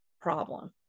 problem